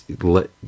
let